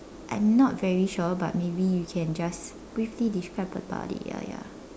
I'm not very sure but maybe you can just briefly describe about it ya ya